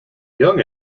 young